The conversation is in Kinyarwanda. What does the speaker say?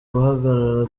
guhagarara